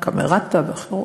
"הקאמרטה" ואחרות,